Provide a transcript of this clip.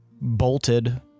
bolted